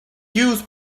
used